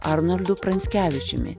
arnoldu pranckevičiumi